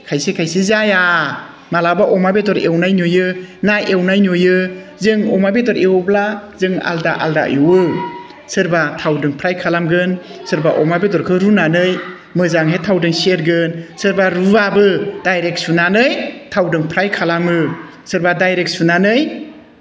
खायसे खायसे जाया माब्लाबा अमा बेदर एवनाय नुयो ना एवनाय नुयो जों अमा बेदर एवोब्ला जों आलादा आलादा एवो सोरबा थावदों फ्राय खालामगोन सोरबा अमा बेदरखौ रुनानै मोजाङै थावजों सेरगोन सोरबा रुवाबो डायरेक्ट सुनानै थावजों फ्राय खालामो सोरबा डायरेक्ट सुनानै